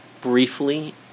briefly